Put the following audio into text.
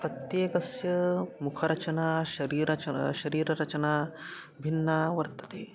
प्रत्येकस्य मुखरचना शरीरं च शरीरचना भिन्ना वर्तते